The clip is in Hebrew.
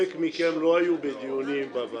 אני חושב שחלק מכם לא היו בדיונים בוועדה.